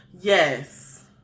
Yes